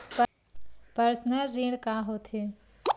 Personal ऋण का होथे?